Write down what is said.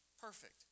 perfect